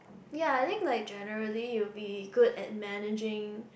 ya think like generally you will be good at managing